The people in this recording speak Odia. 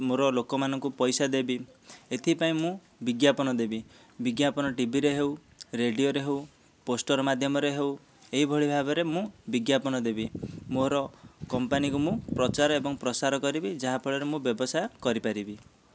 ମୋର ଲୋକମାନଙ୍କୁ ପଇସା ଦେବି ଏଥିପାଇଁ ମୁଁ ବିଜ୍ଞାପନ ଦେବି ବିଜ୍ଞାପନ ଟିଭିରେ ହେଉ ରେଡ଼ିଓରେ ହେଉ ପୋଷ୍ଟର ମାଧ୍ୟମରେ ହେଉ ଏହିଭଳି ଭାବରେ ମୁଁ ବିଜ୍ଞାପନ ଦେବି ମୋର କମ୍ପାନୀକୁ ମୁଁ ପ୍ରଚାର ଏବଂ ପ୍ରସାର କରିବି ଯାହାଫଳରେ ମୁଁ ବ୍ୟବସାୟ କରିପାରିବି